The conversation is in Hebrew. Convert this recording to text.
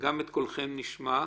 גם את קולכם נשמע.